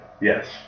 Yes